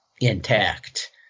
intact